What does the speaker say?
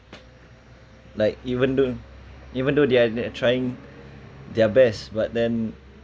like even though even though they are trying their best but then